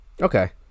okay